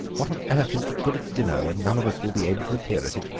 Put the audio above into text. what on earth is the good of dinner when none of us will be able to appear at it?